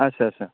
अच्छा अच्छा